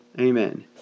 Amen